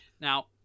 Now